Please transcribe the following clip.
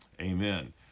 amen